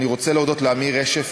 אני רוצה להודות לאמיר רשף,